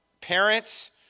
parents